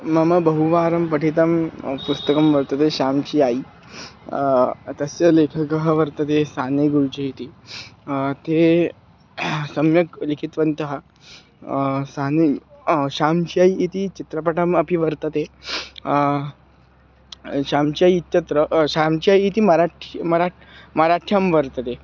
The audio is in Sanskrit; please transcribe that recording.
मम बहुवारं पठितं पुस्तकं वर्तते शाम्च्यायि तस्य लेखकः वर्तते साने गुरुजि इति ते सम्यक् लिखितवन्तः साने शाम्चायि इति चित्रपटम् अपि वर्तते शाम्चायि इत्यत्र शाम्चायि इति मराठि मराठ्यां वर्तते